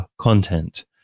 content